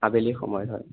আবেলি সময়ত হয়